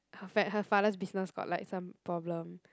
her frie~ her father's business got like some problem